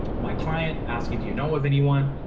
my client asking, do you know with anyone,